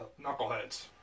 knuckleheads